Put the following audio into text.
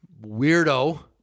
weirdo